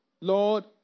Lord